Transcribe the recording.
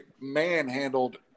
manhandled